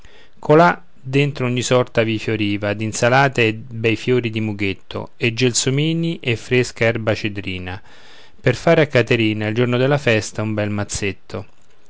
viva colà dentro ogni sorta vi fioriva d'insalate e bei fiori di mughetto e gelsomini e fresca erba cedrina per fare a caterina il giorno della festa un bel mazzetto